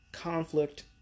conflict